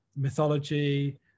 mythology